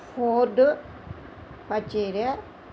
Ford వచేరియ